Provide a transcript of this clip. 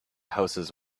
houses